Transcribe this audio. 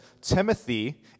Timothy